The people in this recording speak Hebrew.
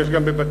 ויש גם בבת-ים,